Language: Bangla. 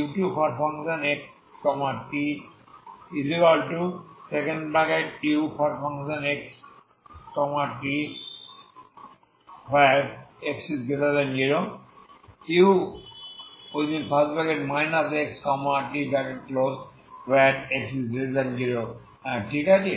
u2xtuxt x0 u xt x0 হ্যাঁ ঠিক আছে